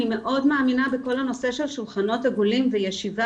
אני מאוד מאמינה בכל הנושא של שולחנות עגולים וישיבה